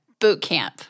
Bootcamp